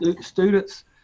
Students